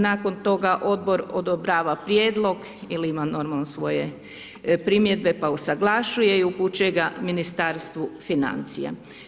Nakon toga odbor odobrava prijedlog ili ima, normalno svoje primjedbe pa usaglašuje ju i upućuje ga Ministarstvu financija.